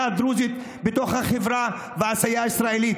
הדרוזית בתוך החברה והעשייה הישראלית,